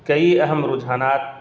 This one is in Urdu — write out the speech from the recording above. کئی اہم رجحانات